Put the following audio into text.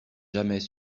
jamais